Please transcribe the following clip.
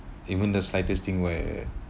even the slightest thing where